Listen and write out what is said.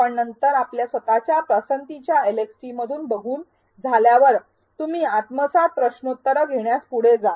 आपण नंतर आपल्या स्वतःच्या पसंतीच्या एलएक्सटीमधून बघून झाल्यावर तुम्ही आत्मसात प्रश्नोत्तर घेण्यास पुढे जा